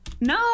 No